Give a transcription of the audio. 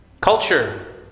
Culture